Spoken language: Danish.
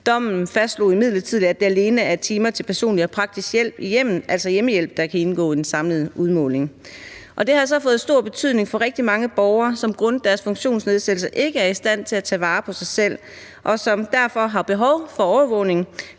Dommen fastslog imidlertid, at det alene er timer til personlig og praktisk hjælp i hjemmet, altså hjemmehjælp, der kan indgå i den samlede udmåling. Det har så fået stor betydning for rigtig mange borgere, som grundet deres funktionsnedsættelse ikke er i stand til at tage vare på sig selv, og som derfor har behov for overvågning,